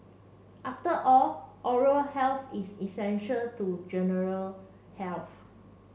after all oral health is essential to general health